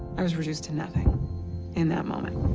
i was reduced to nothing in that moment.